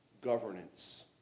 governance